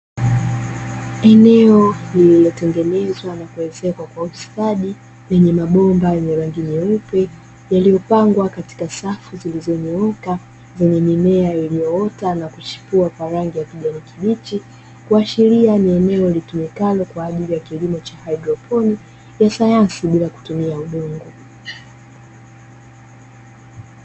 Eneo lililotengenezwa na kuezekwa kwa ustadi lenye mabomba yenye rangi nyeupe, yaliyopangwa katika safu zilizonyooka zenye mimea iliyoota na kuchipua kwa rangi ya kijani kibichi, kuashiria ni eneo litumikalo kwa ajili ya kilimo cha haidroponi ya sayansi bila kutumia udongo.